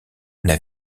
n’a